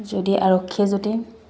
যদি আৰক্ষীয়ে যদি